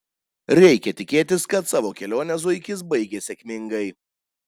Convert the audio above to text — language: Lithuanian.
reikia tikėtis kad savo kelionę zuikis baigė sėkmingai